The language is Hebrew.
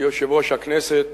כיושב-ראש הכנסת,